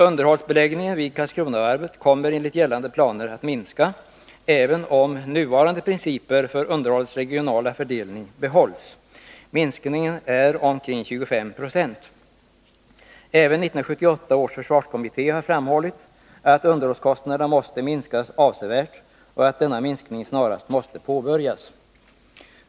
Underhållsbeläggningen vid Karlskronavarvet kommer enligt gällande planer att minska, även om nuvarande principer för underhållets regionala fördelning behålls. Minskningen är omkring 25 90. Även 1978 års försvarskommitté har framhållit att underhållskostnaderna måste minskas avsevärt och att denna minskning snarast måste påbörjas.